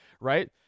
right